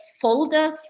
folders